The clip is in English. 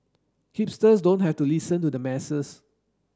hipsters don't have to listen to the masses